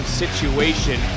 situation